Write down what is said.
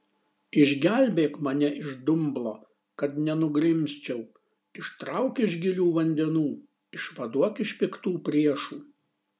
išgelbėk mane iš dumblo kad nenugrimzčiau ištrauk iš gilių vandenų išvaduok iš piktų priešų